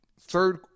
Third